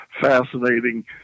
fascinating